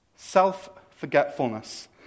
Self-forgetfulness